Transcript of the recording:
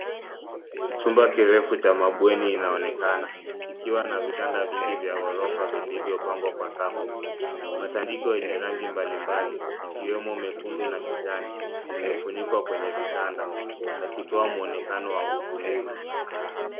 Chumba kirefu cha mabweni inaonekana ikiwa na vitanda vingi vya ghorofa vilivyopangwa kwa safu. Matandiko yenye rangi mbalimbali ikiwemo mekundu na kijani, yamefunikwa kwenye vitanda, yakitoa mwonekano wa utulivu.